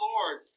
Lord